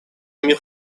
мир